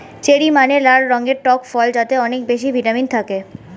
cherry মানে লাল রঙের টক ফল যাতে অনেক বেশি ভিটামিন থাকে